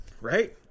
right